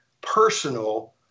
personal